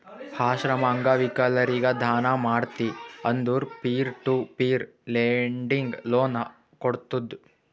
ಆಶ್ರಮ, ಅಂಗವಿಕಲರಿಗ ದಾನ ಮಾಡ್ತಿ ಅಂದುರ್ peer to peer lending loan ಕೋಡ್ತುದ್